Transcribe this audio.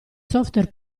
software